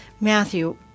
Matthew